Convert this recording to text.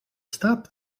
stop